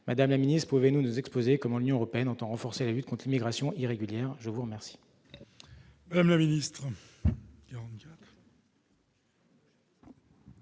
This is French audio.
Madame la ministre, pouvez-vous nous dire comment l'Union européenne entend renforcer la lutte contre l'immigration irrégulière ? La parole